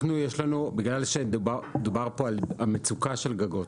בגלל שדובר פה על המצוקה של גגות,